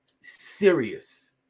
serious